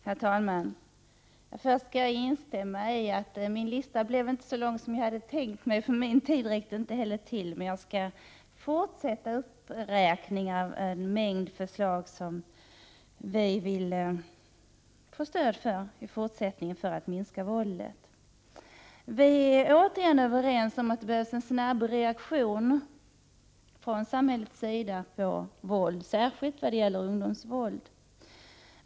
Herr talman! Först skall jag medge att min lista inte blev så lång som jag hade tänkt mig, för min tid räckte inte heller till. Men jag skall fortsätta uppräkningen av en mängd förslag som vi vill få stöd för i fortsättningen när det gäller att minska våldet. Vi är återigen överens om att det behövs en snabb reaktion från samhällets sida mot våld, särskilt ungdomsvåld.